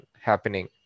happening